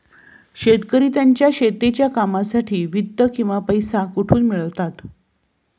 शेतकरी त्यांच्या शेतीच्या कामांसाठी वित्त किंवा पैसा कुठून मिळवतात?